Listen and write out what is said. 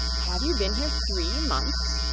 have you been here three months?